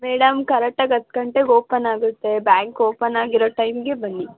madam ಕರೆಕ್ಟಾಗಿ ಹತ್ತು ಗಂಟೆಗೆ ಓಪನ್ ಆಗುತ್ತೆ ಬ್ಯಾಂಕ್ ಓಪನ್ ಆಗಿರೊ ಟೈಮ್ಗೆ ಬನ್ನಿ